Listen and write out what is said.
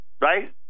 Right